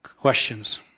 questions